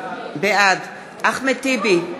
בעד אחמד טיבי,